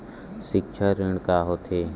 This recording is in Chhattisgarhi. सिक्छा ऋण का होथे?